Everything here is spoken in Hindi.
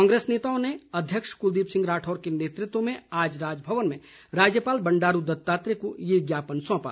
कांग्रेस नेताओं ने अध्यक्ष क्लदीप सिंह राठौर के नेतृत्व में आज राजभवन में राज्यपाल बंडारू दत्तात्रेय को ये ज्ञापन सोंपा